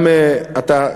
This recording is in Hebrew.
גם אתה,